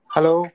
Hello